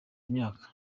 imyaka